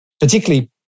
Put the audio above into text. particularly